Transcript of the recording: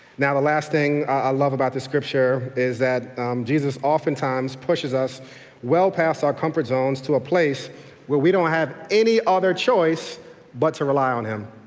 now the last thing i love about this scripture is that jesus oftentimes pushes us well past our comfort zone to a place where we don't have any other choice but to rely on him.